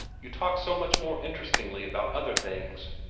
you talk so much more interestingly about other things.